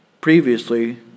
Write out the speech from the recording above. previously